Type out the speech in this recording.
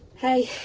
hey.